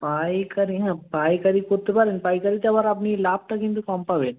পাইকারি হ্যাঁ পাইকারি করতে পারেন পাইকারিতে আবার আপনি লাভটা কিন্তু কম পাবেন